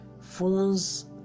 Phones